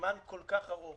זמן כל כך ארוך